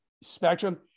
spectrum